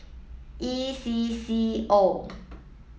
E C C O